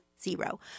zero